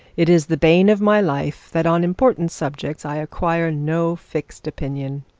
it is the bane of my life that on important subjects i acquire no fixed opinion.